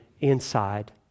inside